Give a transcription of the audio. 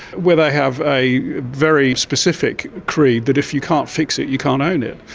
where they have a very specific creed that if you can't fix it, you can't own it.